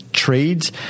trades